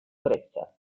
brezza